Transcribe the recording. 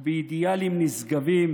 ובאידיאלים נשגבים,